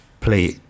play